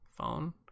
phone